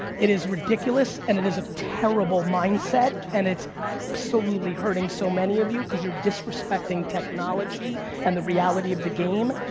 it is ridiculous and it is a terrible mindset, and it's absolutely hurting so many of you, cause you're disrespecting technology and the reality of the game.